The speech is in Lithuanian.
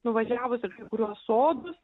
nuvažiavus į kai kuriuos sodus